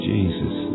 Jesus